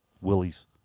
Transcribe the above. Willie's